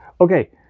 okay